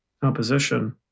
composition